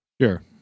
Sure